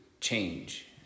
change